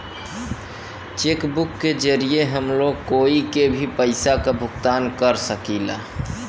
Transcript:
check book के जरिये हम लोग कोई के भी पइसा क भुगतान कर सकीला